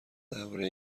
درباره